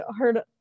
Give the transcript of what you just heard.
heard